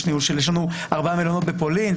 יש לנו ארבעה מלונות בפולין.